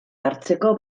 hartzeko